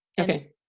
Okay